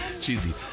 Cheesy